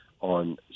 on